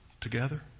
together